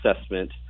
assessment